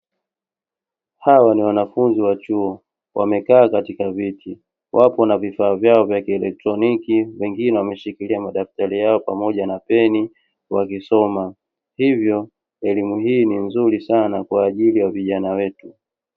Hawa ni wanafunzi wa chuo wamekaa katika viti, wapo na vifaa vyao kieletroniki wengine wameshikilia madaftari yao pamoja na peni wakisoma. Hivyo elimu hii ni nzuri sana kwa ajili ya vijana wetu.